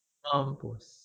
ah boss